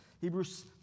Hebrews